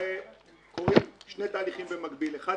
קורים שני תהליכים במקביל: אחד,